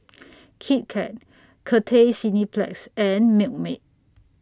Kit Kat Cathay Cineplex and Milkmaid